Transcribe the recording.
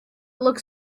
looks